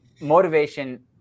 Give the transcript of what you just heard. motivation